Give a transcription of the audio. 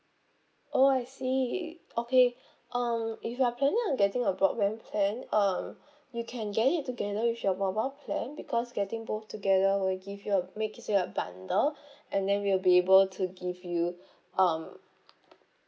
oh I see okay um if you're planning on getting a broadband plan um you can get it together with your mobile plan because getting both together will give you a makes it a bundle and then we'll be able to give you um